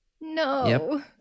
no